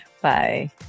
Bye